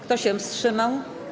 Kto się wstrzymał?